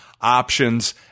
options